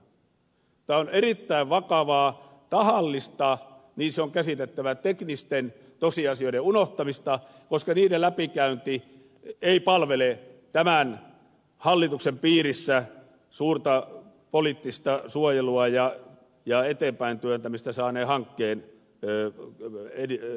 tämä on erittäin vakavaa tahallista niin se on käsitettävä teknisten tosiasioiden unohtamista koska niiden läpikäynti ei palvele tämän hallituksen piirissä suurta poliittista suojelua ja eteenpäin työntämistä saaneen hankkeen edistämistä